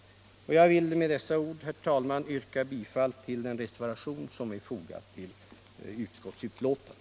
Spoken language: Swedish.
Jag ber med dessa ord, herr talman, att få yrka bifall till den reservation som är fogad vid utskottets betänkande.